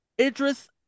Idris